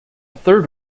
third